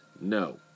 No